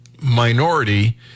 minority